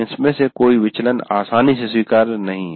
इसमें से कोई विचलन आसानी से स्वीकार्य नहीं है